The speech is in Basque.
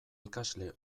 ikasle